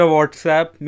WhatsApp